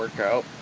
workout,